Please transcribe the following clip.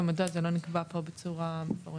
ומדוע זה לא נקבע פה בצורה מפורשת.